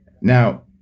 Now